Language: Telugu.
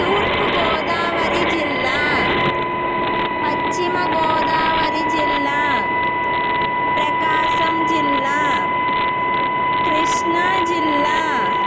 తూర్పు గోదావరి జిల్లా పశ్చిమ గోదావరి జిల్లా ప్రకాశం జిల్లా కృష్ణా జిల్లా